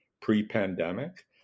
pre-pandemic